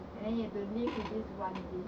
and then you have to live with this one